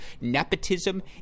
nepotism